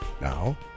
Now